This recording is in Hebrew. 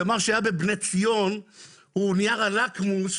מה שהיה בבני ציון הוא נייר הלקמוס,